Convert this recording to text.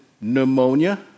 pneumonia